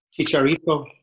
Chicharito